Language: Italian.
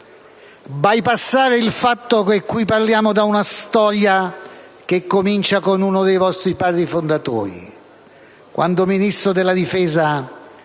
bypassare il fatto che qui partiamo da una storia che comincia con uno dei vostri padri fondatori, quando ministro della difesa